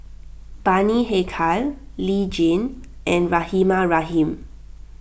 Bani Haykal Lee Tjin and Rahimah Rahim